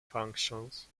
functions